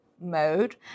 mode